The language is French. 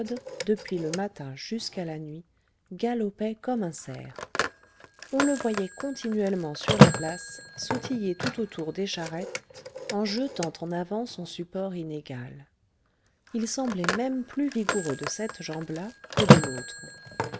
depuis le matin jusqu'à la nuit galopait comme un cerf on le voyait continuellement sur la place sautiller tout autour des charrettes en jetant en avant son support inégal il semblait même plus vigoureux de cette jambe là que de l'autre